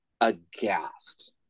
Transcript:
aghast